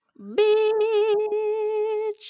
Bitch